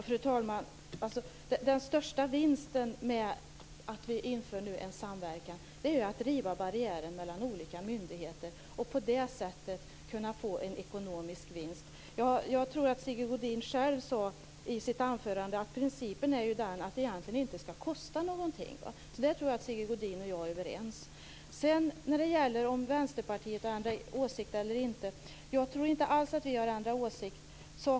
Fru talman! Den största vinsten med att vi nu inför en samverkan är att barriären mellan olika myndigheter rivs för att på det sättet kunna få en ekonomisk vinst. Jag tror att Sigge Godin själv sade i sitt huvudanförande att principen är att det egentligen inte skall kosta någonting. Där tror jag att Sigge Godin och jag är överens. Jag tror inte alls att vi i Vänsterpartiet har ändrat åsikt.